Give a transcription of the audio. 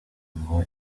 ngo